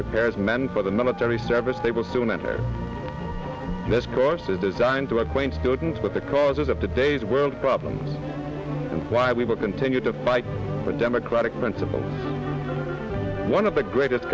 prepares men for the military service they will soon enter this course is designed to acquaint students with the causes of today's world problems and why we will continue to fight for democratic principles one of the greatest